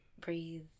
Breathe